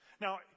now